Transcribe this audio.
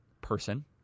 person